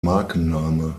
markenname